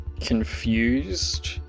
confused